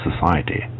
society